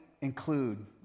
include